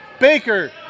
Baker